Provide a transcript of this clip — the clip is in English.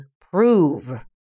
prove